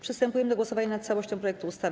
Przystępujemy do głosowania nad całością projektu ustawy.